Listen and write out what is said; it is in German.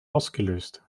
ausgelöst